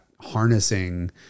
harnessing